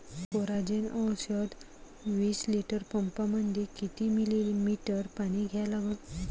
Coragen औषध विस litre पंपामंदी किती मिलीमिटर घ्या लागन?